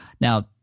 Now